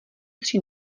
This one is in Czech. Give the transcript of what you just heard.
tři